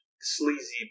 sleazy